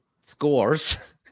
scores